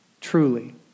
truly